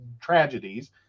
tragedies